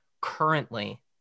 currently